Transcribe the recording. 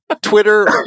Twitter